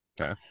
Okay